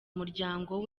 umuryango